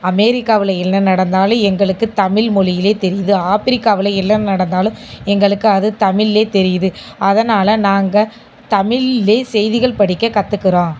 அமெரிக்காவில் என்ன நடந்தாலும் எங்களுக்கு தமிழ் மொழியிலே தெரியுது ஆப்ரிக்காவில் என்ன நடந்தாலும் எங்களுக்கு அது தமிழிலேயே தெரியுது அதனால் நாங்கள் தமிழிலே செய்திகள் படிக்க கற்றுக்குறோம்